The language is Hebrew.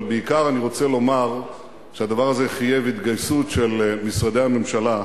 אבל בעיקר אני רוצה לומר שהדבר הזה מחייב התגייסות של משרדי הממשלה,